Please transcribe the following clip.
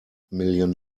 million